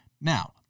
Now